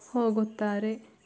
ಹೋಗುತ್ತಾರೆ